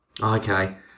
Okay